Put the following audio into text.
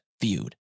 viewed